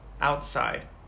outside